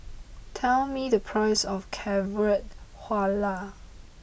tell me the price of Carrot